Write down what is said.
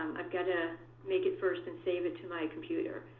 i've got to make it first, and save it to my computer.